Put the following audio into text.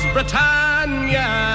Britannia